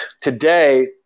today